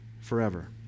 forever